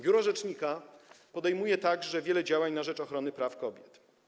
Biuro rzecznika podejmuje także wiele działań na rzecz ochrony praw kobiet.